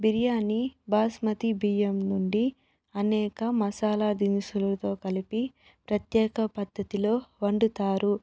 బిర్యానీ బాస్మతి బియ్యం నుండి అనేక మసాలా దినుసులతో కలిపి ప్రత్యేక పద్ధతిలో వండుతారు